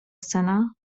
scena